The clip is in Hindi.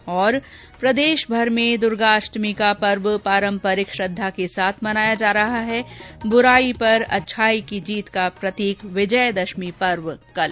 ं प्रदेशभर में दुर्गा अष्टमी का पर्व पारम्परिक श्रृद्धा के साथ मनाया जा रहा है दुराई पर अच्छाई की जीत का प्रतीक विजयादशमी पर्व कल